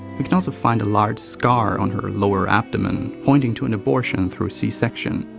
we can also find a large scar on her lower abdomen, pointing to an abortion through c-section.